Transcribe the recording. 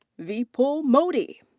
vipul modi.